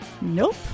Nope